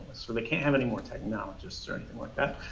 sort of can't have any more technologists or anything like that.